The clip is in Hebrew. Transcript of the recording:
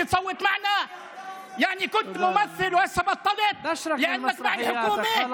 תסיים את ההצגה שלך, יא אבו כאמל,